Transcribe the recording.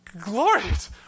glorious